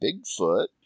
Bigfoot